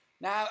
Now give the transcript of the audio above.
Now